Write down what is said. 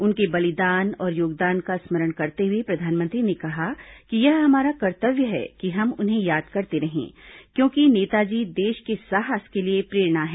उनके बलिदान और योगदान का स्मरण करते हुए प्रधानमंत्री ने कहा कि यह हमारा कर्तव्य है कि हम उन्हें याद करते रहें क्योंकि नेताजी देश के साहस के लिए प्रेरणा हैं